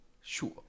sure